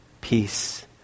peace